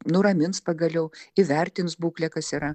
nuramins pagaliau įvertins būklę kas yra